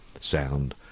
sound